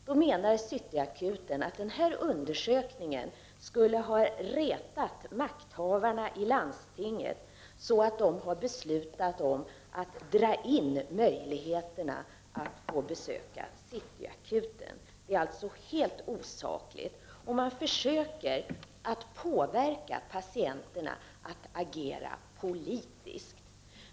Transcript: På City Akuten menar man att den här undersökningen skulle ha retat makthavarna i landstinget så, att dessa har beslutat om att ta bort möjligheterna till besök hos City Akuten. Det är alltså helt osaklig information. Man försöker också påverka patienterna att agera politiskt.